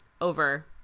over